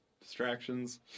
distractions